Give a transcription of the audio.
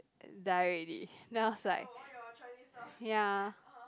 die already then I was like ya